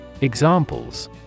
Examples